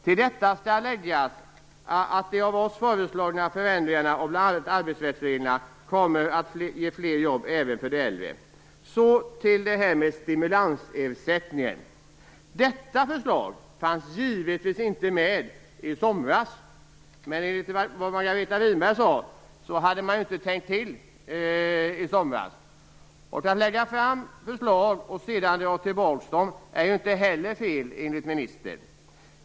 Till detta skall läggas att de av oss föreslagna förändringarna av arbetsrättsreglerna kommer att ge fler jobb även för de äldre. Så till frågan om stimulansersättning. Detta förslag fanns givetvis inte med i somras, men enligt Margareta Winberg hade man ju då inte tänkt till. Att lägga fram förslag och sedan dra tillbaka dem är ju inte heller fel enligt ministern.